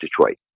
Detroit